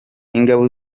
ingabo